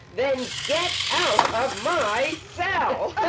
then get out of my cell